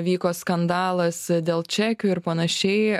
vyko skandalas dėl čekių ir panašiai